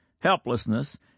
helplessness